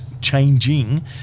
changing